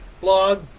blog